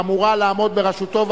שאמורה לעמוד בראשותה,